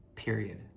period